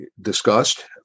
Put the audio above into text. discussed